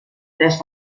tres